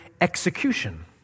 execution